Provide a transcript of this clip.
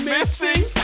Missing